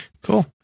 Cool